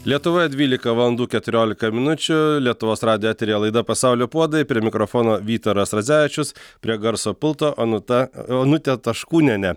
lietuvoje dvylika valandų keturiolika minučių lietuvos radijo eteryje laida pasaulio puodai prie mikrofono vytaras radzevičius prie garso pulto anuta onutė taškūnienė